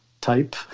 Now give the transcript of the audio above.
type